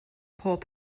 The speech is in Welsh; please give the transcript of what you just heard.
pob